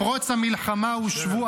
כתוב שהוא צריך לדבר.